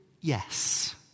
yes